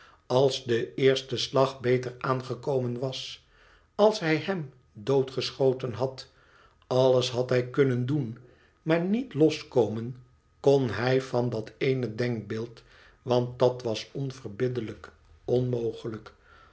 als de eerste slag beter aangekomen was als hij hem doodgeschoten had alles had hij kunnen doen maar niet loskomen kon hij van dat ééne denkbeeld want dat was onverbiddelijk onmogelijk